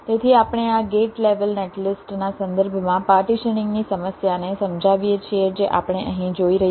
તેથી આપણે આ ગેટ લેવલ નેટલિસ્ટના સંદર્ભમાં પાર્ટીશનીંગની સમસ્યાને સમજાવીએ છીએ જે આપણે અહીં જોઈ રહ્યા છીએ